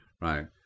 right